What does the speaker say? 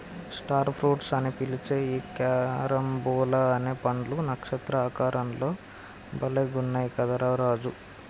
star fruits అని పిలిచే ఈ క్యారంబోలా అనే పండ్లు నక్షత్ర ఆకారం లో భలే గున్నయ్ కదా రా రాజు